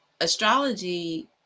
astrology